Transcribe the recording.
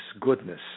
goodness